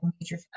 major